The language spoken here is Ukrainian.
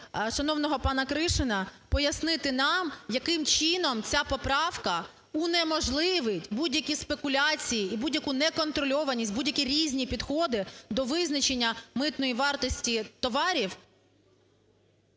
шановного пана Кришина, пояснити нам, яким чином ця поправка унеможливить будь-які спекуляції і будь-яку не контрольованість, будь-які різні підходи до визначення митної вартості товарів…